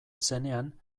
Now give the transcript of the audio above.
zenean